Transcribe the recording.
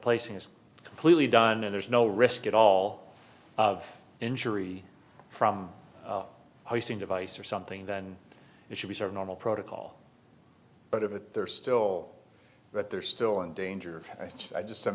placing is completely done and there's no risk at all of injury from icing device or something then it should be sort of normal protocol but of that they're still but they're still in danger i just